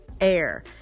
air